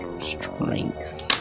Strength